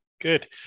Good